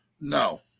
No